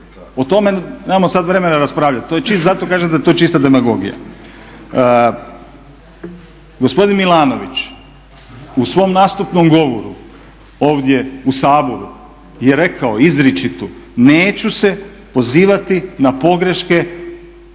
O tome nemamo sada vremena raspravljati. To je čisto zato kažem da je to čista demagogija. Gospodin Milanović u svom nastupnom govoru ovdje u Saboru je rekao izričito, neću se pozivati na pogreške